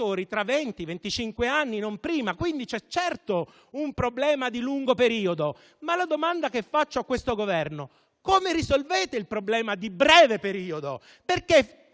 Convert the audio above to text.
anni, non prima; quindi, c'è certamente un problema di lungo periodo, ma la domanda che faccio a questo Governo è: come risolvete il problema di breve periodo?